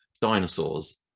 dinosaurs